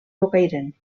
bocairent